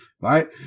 right